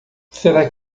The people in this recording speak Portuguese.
será